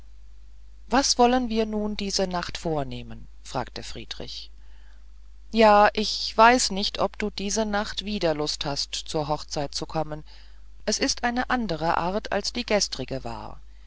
was wollen wir nun diese nacht vornehmen fragte friedrich ja ich weiß nicht ob du diese nacht wieder lust hast zur hochzeit zu kommen es ist eine andere art als die gestrige war